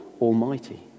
Almighty